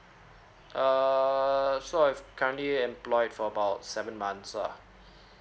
err so I've currently employed for about seven months ah